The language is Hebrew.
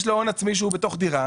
יש לו הון עצמי שהוא בתוך דירה.